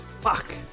fuck